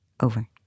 over